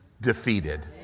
defeated